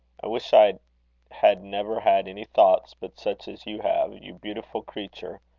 i wish i had never had any thoughts but such as you have, you beautiful creature!